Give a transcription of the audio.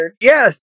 Yes